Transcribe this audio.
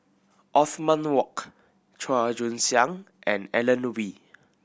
Othman Wok Chua Joon Siang and Alan Oei